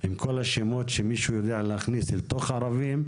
עם כל השמות שמישהו יודע להכניס לתוך "הערבים"